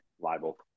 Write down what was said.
libel